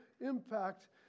impact